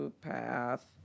path